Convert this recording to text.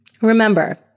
remember